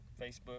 Facebook